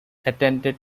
attended